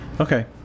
Okay